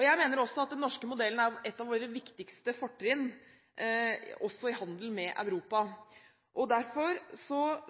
Jeg mener at den norske modellen er et av våre viktigste fortrinn også i handelen med Europa. Derfor